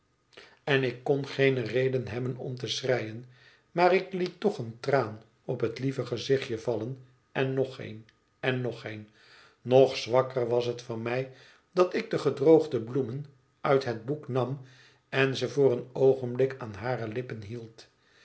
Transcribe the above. en ik kon geene reden hebben om te schreien maar ik liet toch een traan op het lieve gezichtje vallen en nog een en nog een nog zwakker was het van mij dat ik de gedroogde bloemen uit het boek nam en ze voor een oogenblik aan hare lippen hield